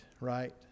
right